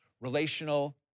relational